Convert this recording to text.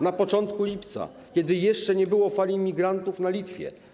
Na początku lipca, kiedy jeszcze nie było fali imigrantów na Litwie.